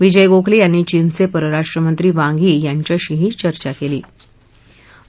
विजय गोखल्यांनी चीनचपिरराष्ट्रमंत्री Wang Yi यांच्याशीही चर्चा कल्ती